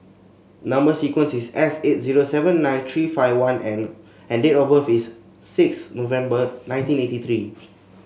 number sequence is S eight zero seven nine three five one N and date of birth is six November nineteen eighty three